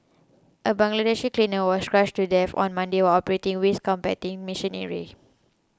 a Bangladeshi cleaner was crushed to death on Monday while operating waste compacting machinery